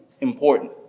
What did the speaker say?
important